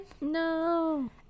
no